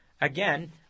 Again